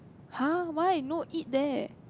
[huh] why no eat there